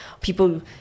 people